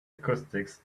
acoustics